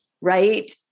right